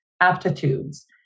aptitudes